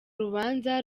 rubanza